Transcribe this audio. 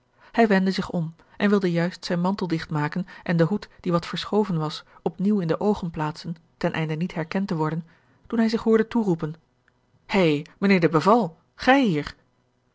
hij wendde zich om en wilde juist zijn mantel digt maken en den hoed die wat verschoven was op nieuw in de oogen plaatsen ten einde niet herkend te worden toen hij zich hoorde toeroepen hé mijnheer de beval gij hier